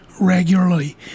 regularly